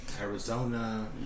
Arizona